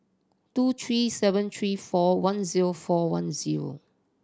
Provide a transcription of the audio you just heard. two three seven three four one zero four one zero